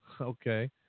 Okay